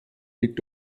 liegt